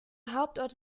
hauptort